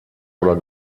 oder